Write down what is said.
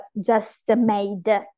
just-made